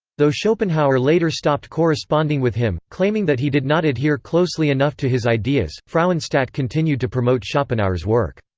though schopenhauer later stopped corresponding with him, claiming that he did not adhere closely enough to his ideas, frauenstadt continued to promote schopehnauer's work.